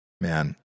man